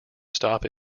stop